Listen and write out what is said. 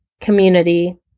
community